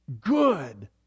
good